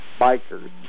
bikers